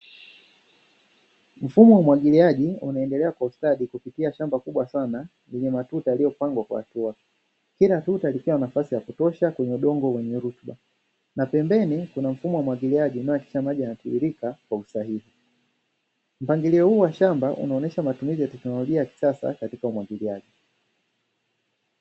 Mfumo wa umwagiliaji unaendelea kwa ustadi kupitia shamba kubwa sana lenye matuta yaliyopangwa kwa hatua, kila tuta likiwa na nafasi ya kutosha kwenye udongo wenye rutuba, na pembeni kuna mfumo wa umwagiliaji unaohakikisha maji yanatiririka kwa usahihi. Mpangilio huu wa shamba unaonyesha matumizi ya teknolojia ya kisasa katika umwagiliaji.